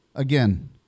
Again